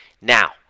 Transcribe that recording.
now